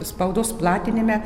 spaudos platinime